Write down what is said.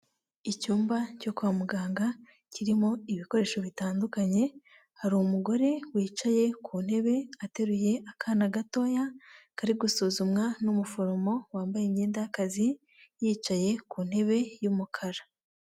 Icyumba cyo kwa muganga kirimo ibikoresho bitandukanye, hari umugore wicaye ku ntebe ateruye akana gatoya kari gusuzumwa n'umuforomo wambaye imyenda y'akazi yicaye ku ntebe y'umukara.